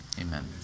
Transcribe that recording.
Amen